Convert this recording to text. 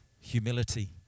humility